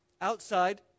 outside